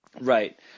Right